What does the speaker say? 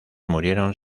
murieron